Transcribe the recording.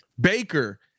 Baker